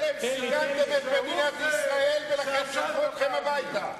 אתם סיכנתם את מדינת ישראל ולכן שלחו אתכם הביתה.